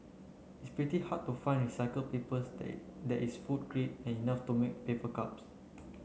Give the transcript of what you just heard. and it's pretty hard to find recycle paper day that is food grade and enough to make paper cups